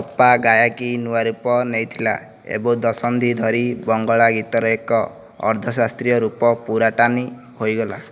ତପ୍ପା ଗାୟକି ନୂଆ ରୂପ ନେଇଥିଲା ଏବଂ ଦଶନ୍ଧି ଧରି ବଙ୍ଗଳା ଗୀତର ଏକ ଅର୍ଦ୍ଧ ଶାସ୍ତ୍ରୀୟ ରୂପ ପୁରାଟାନି ହୋଇଗଲା